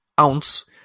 ounce